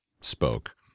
spoke